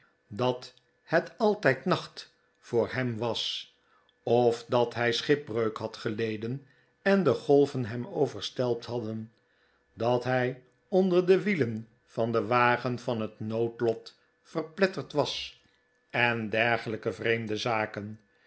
dat het altijd nacht voor hem was of dat hij schipbreuk had geleden en de golven hem overstelpt hadden dat hij onder de wielen van den wagen van het noodlot verpletterd was en